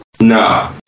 No